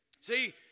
See